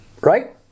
Right